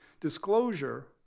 disclosure